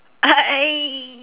I